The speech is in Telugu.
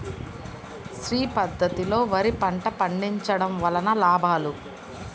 శ్రీ పద్ధతిలో వరి పంట పండించడం వలన లాభాలు?